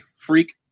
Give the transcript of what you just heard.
freak